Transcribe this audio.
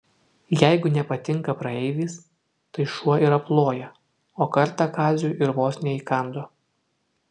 jeigu nepatinka praeivis tai šuo ir aploja o kartą kaziui ir vos neįkando